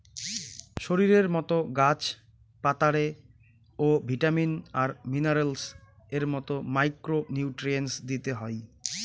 শরীরের মতো গাছ পাতারে ও ভিটামিন আর মিনারেলস এর মতো মাইক্রো নিউট্রিয়েন্টস দিতে হই